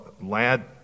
lad